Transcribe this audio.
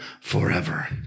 forever